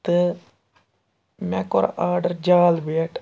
تہٕ مےٚ کوٚر آرڈَر جال بیٹ